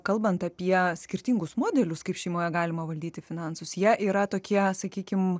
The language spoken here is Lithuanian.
kalbant apie skirtingus modelius kaip šeimoje galima valdyti finansus jie yra tokie sakykim